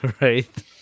Right